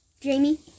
Jamie